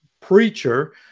preacher